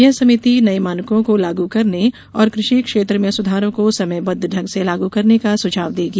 यह समिति नये मानकों को लागू करने और कृषि क्षेत्र में सुधारों को समयबद्ध ढंग से लागू करने का सुझाव देगी